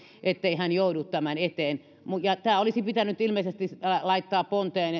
niin hän ei joudu tämän eteen tämä olisi pitänyt ilmeisesti laittaa ponteen